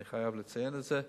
אני חייב לציין את זה.